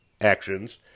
Actions